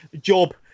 job